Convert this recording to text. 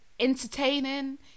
entertaining